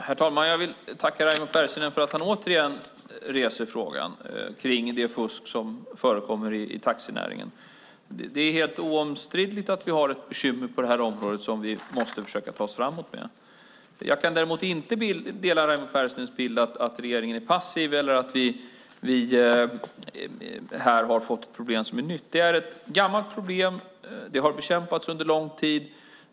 Herr talman! Jag vill tacka Raimo Pärssinen för att han återigen reser frågan om det fusk som förekommer i taxinäringen. Det är helt oomstritt att vi har ett bekymmer på det här området som vi måste försöka lösa. Däremot kan jag inte dela Raimo Pärssinens bild att regeringen är passiv eller att vi här har ett problem som är nytt. Det är ett gammalt problem. Det har bekämpats under lång tid.